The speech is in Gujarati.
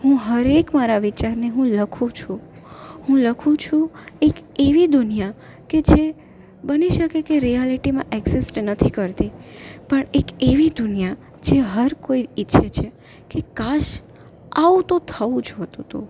હું હરેક મારા વિચારને હું લખું છું હું લખું છું એક એવી દુનિયા કેજે બની શકે કે રિયાલિટીમાં એક્સિસ્ટ નથી કરતી પણ એક એવી દુનિયા જે હર કોઈ ઈચ્છે છે કે કાશ આવું તો થવું જોઈતું હતું